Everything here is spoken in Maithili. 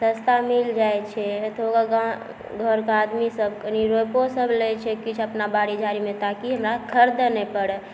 सस्ता मिल जाइ छै एतौका गाम घरके आदमीसब कनी रोपिसब लै छै किछु अपना बाड़ी झाड़ीमे ताकि हमरा खरिदै नहि पड़ै